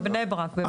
בבני ברק.